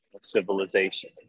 civilization